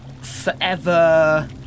Forever